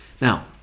Now